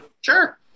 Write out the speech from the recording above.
sure